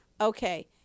Okay